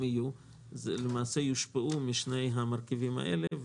יהיו זה למעשה יושפע משני המרכיבים הללו.